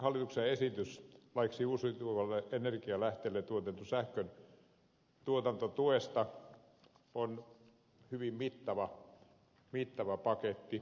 hallituksen esitys laiksi uusiutuvilla energialähteillä tuotetun sähkön tuotantotuesta on hyvin mittava paketti